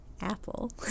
Apple